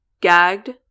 gagged